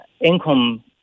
income